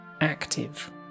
active